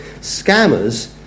Scammers